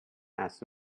asked